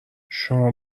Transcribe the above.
شما